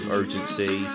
urgency